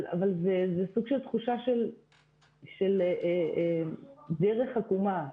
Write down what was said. אבל זה סוג של תחושה של דרך עקומה.